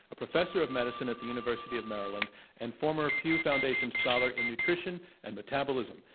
a professor of medicine at the university of maryland and former pew foundation scholar in nutrition and metabolism,